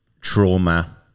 trauma